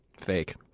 Fake